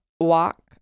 walk